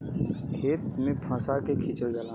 खेत में फंसा के खिंचल जाला